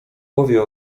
powie